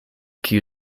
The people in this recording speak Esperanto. kiu